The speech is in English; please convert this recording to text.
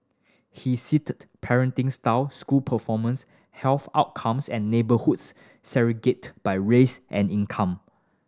he sit parenting style school performance health outcomes and neighbourhoods segregate by race and income